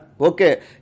Okay